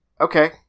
Okay